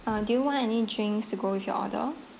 uh do you want any drinks to go with your order